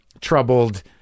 troubled